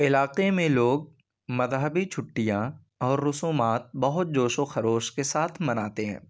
علاقے میں لوگ مذہبی چھٹیاں اور رسومات بہت جوش و خروش کے ساتھ مناتے ہیں